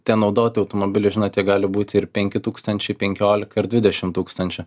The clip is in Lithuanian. tie naudoti automobiliai žinot jie gali būti ir penki tūkstančiai penkiolika ir dvidešimt tūkstančių